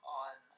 on